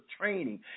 training